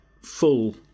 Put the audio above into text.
full